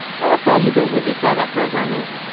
how valuable would you say that program is?